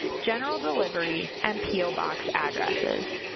general delivery, and po box addresses.